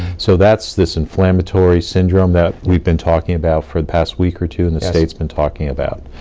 so that's this inflammatory syndrome that we've been talking about for the past week or two and the state's been talking about.